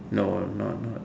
no not not